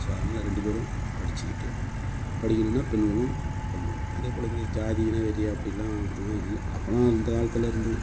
so அதனால் ரெண்டு பேரும் படிச்சுட்டு படிக்கணும்னா பெண்களும் பண்ணணும் அதேப்போல் இது ஜாதி இன வெறி அப்படிலாம் இப்போலாம் இல்லை அப்போதுலாம் அந்த காலத்தில் இருந்தது